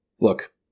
Look